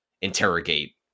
interrogate